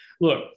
look